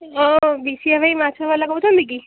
ବିଶିଆ ଭାଇ ମାଛବାଲା କହୁଛନ୍ତି କି